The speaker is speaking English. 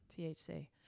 THC